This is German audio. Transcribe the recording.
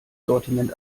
sortiment